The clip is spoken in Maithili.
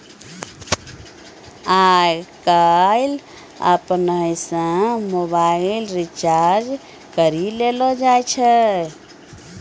आय काइल अपनै से मोबाइल रिचार्ज करी लेलो जाय छै